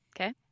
Okay